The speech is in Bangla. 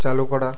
চালু করা